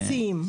מציעים,